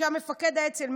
שהיה מפקד האצ"ל,